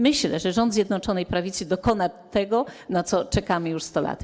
Myślę, że rząd Zjednoczonej Prawicy dokona tego, na co czekamy już 100 lat.